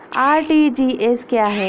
RTGS क्या है?